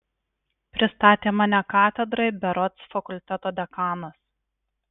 pristatė mane katedrai berods fakulteto dekanas